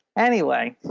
anyway,